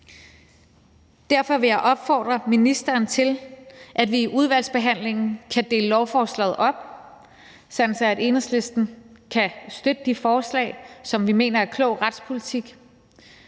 Derfor vil jeg opfordre ministeren til, at vi i udvalgsbehandlingen deler lovforslaget op, sådan at Enhedslisten kan støtte de forslag, som vi mener er klog retspolitik,